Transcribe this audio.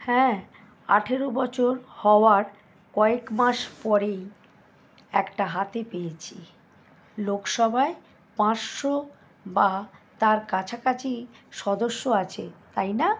হ্যাঁ আঠের বছর হওয়ার কয়েক মাস পরেই একটা হাতে পেয়েছি লোকসভায় পাঁচশো বা তার কাছাকাছি সদস্য আছে তাই না